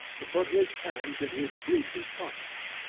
to put his hands in his breeches pockets.